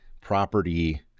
property